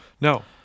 No